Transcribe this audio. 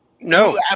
No